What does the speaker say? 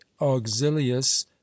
auxilius